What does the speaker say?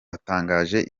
atangaje